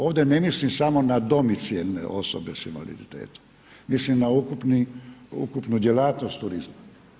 Ovdje ne mislim samo na domicilne osobe s invaliditetom, mislim na ukupnu djelatnost turizma.